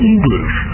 English